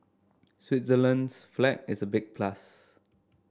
Switzerland's flag is a big plus